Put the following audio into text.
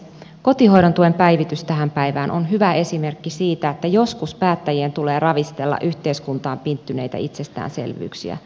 kotihoidon tuen päivitys tähän päivään on hyvä esimerkki siitä että joskus päättäjien tulee ravistella yhteiskuntaan pinttyneitä itsestäänselvyyksiä